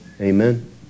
Amen